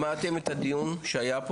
רויטל שלום לך, אתם שמעתם את הדיון?